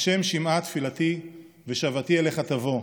"ה' שמעה תפִלתי ושוְעתי אליך תבוא,